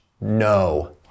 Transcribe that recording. no